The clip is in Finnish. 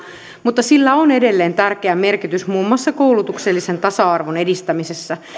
mutta sillä on edelleen tärkeä merkitys muun muassa koulutuksellisen tasa arvon edistämisessä